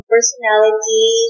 Personality